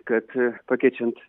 kad pakeičiant